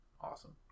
awesome